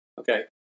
Okay